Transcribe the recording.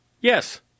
yes